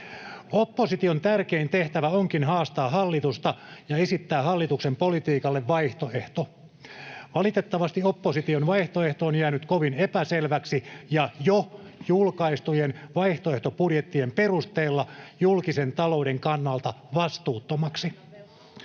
Opposition tärkein tehtävä onkin haastaa hallitusta ja esittää hallituksen politiikalle vaihtoehto. Valitettavasti opposition vaihtoehto on jäänyt kovin epäselväksi ja jo julkaistujen vaihtoehtobudjettien perusteella julkisen talouden kannalta vastuuttomaksi.